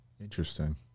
Interesting